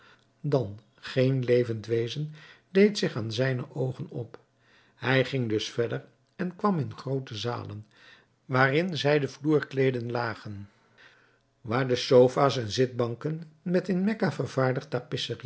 dan geen levend wezen deed zich aan zijne oogen op hij ging dus verder en kwam in groote zalen waarin zijden vloerkleeden lagen waar de sofa's en zitbanken met in mekka vervaardigd